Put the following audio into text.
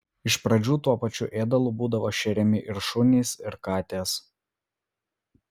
iš pradžių tuo pačiu ėdalu būdavo šeriami ir šunys ir katės